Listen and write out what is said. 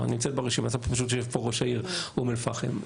נמצאת ברשימה יושב פה ראש העיר אום אל פחם,